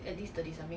what's that